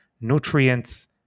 nutrients